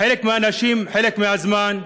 חלק מהאנשים כל הזמן,